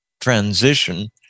transition